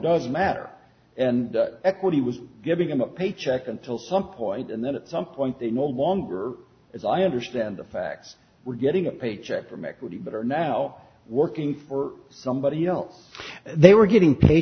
doesn't matter and equity was giving them a paycheck until some point and then at some point they no longer as i understand the facts were getting a paycheck from equity but are now working for somebody else they were getting pay